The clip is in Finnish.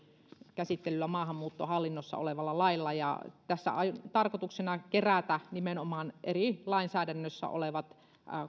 käsittelyllä maahanmuuttohallinnossa olevalla lailla tässä on tarkoituksena nimenomaan kerätä eri lainsäädännössä olevat